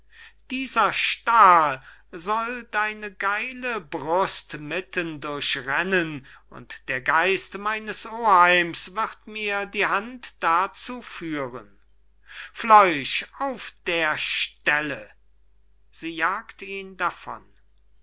dieser stahl soll deine geile brust mitten durchrennen und der geist meines oheims wird mir die hand dazu führen fleuch auf der stelle